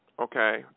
Okay